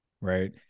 right